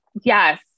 Yes